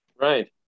Right